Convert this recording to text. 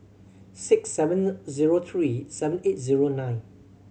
six seven zero three seven eight zero nine